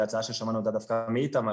אלא הצעה ששמענו אותה דווקא מאיתמר,